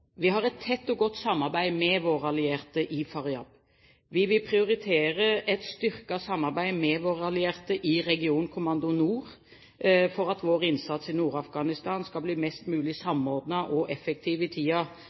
et tett og godt samarbeid med våre allierte i Faryab. Vi vil prioritere et styrket samarbeid med våre allierte i Regionkommando nord for at vår innsats i Nord-Afghanistan skal bli mest mulig samordnet og effektiv i